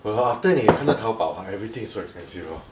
!wah! after 你看到 Taobao ah everything is so expensive lor